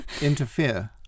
interfere